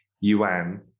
yuan